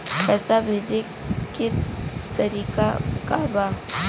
पैसा भेजे के तरीका का बा?